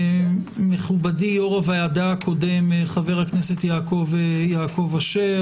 מכובדי יושב ראש הוועדה הקודם חבר הכנסת יעקב אשר,